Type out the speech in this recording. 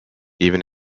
even